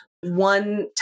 one